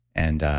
and